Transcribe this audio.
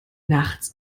nachts